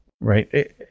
right